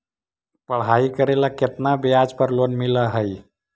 पढाई करेला केतना ब्याज पर लोन मिल हइ?